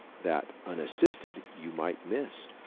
that, unassisted, you might miss.